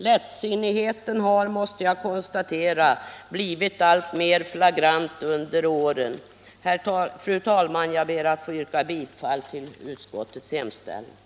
Lättsinnigheten har, måste jag konstatera, blivit alltmer flagrant under åren. Fru talman! Jag ber att få yrka bifall till utskottets hemställan.